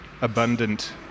abundant